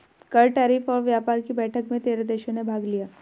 कर, टैरिफ और व्यापार कि बैठक में तेरह देशों ने भाग लिया